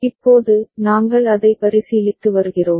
இப்போது நாங்கள் அதை பரிசீலித்து வருகிறோம்